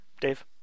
Dave